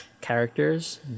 characters